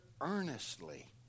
earnestly